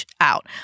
out